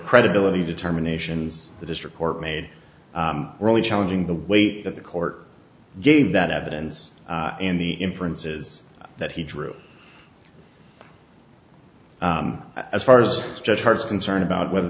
credibility determinations the district court made really challenging the weight that the court gave that evidence in the inferences that he drew as far as judge hearts concerned about whether